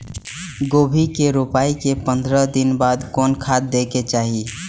गोभी के रोपाई के पंद्रह दिन बाद कोन खाद दे के चाही?